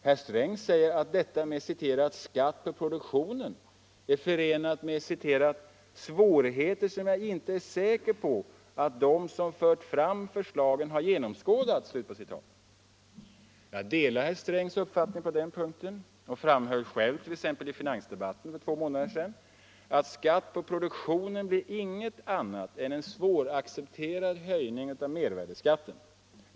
Herr Sträng säger att detta med ”skatt på produktionen” är förenat med ”svårigheter som jag inte är säker på att de som fört fram förslagen har genomskådat”. Jag delar herr Strängs uppfattning på den punkten och framhöll själv t.ex. i finansdebatten för två månader sedan att skatt på ”produktionen” blir inget annat än en svåraccepterad höjning av mervärdeskatten.